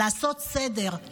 לעשות סדר,